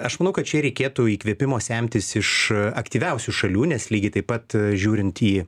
aš manau kad čia reikėtų įkvėpimo semtis iš aktyviausių šalių nes lygiai taip pat žiūrint į